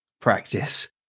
practice